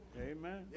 Amen